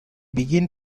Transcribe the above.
begin